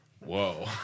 whoa